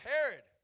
Herod